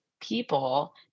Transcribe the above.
people